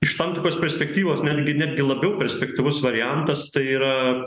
iš tam tikros perspektyvos netgi netgi labiau perspektyvus variantas tai yr